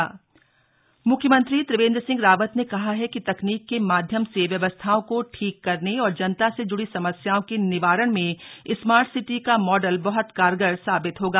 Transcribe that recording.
सदैव दुन मुख्यमंत्री त्रिवेंद्र सिंह रावत ने कहा है कि तकनीक के माध्यम से व्यवस्थाओं को ठीक करने और जनता से जुड़ी समस्याओं के निवारण में स्मार्ट सिटी का मॉडल बह्त कारगर साबित होगा